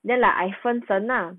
then like I 分神